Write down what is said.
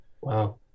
Wow